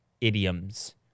Idioms